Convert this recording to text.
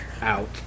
Out